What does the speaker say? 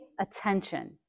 attention